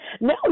No